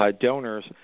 donors